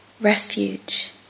refuge